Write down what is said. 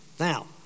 Now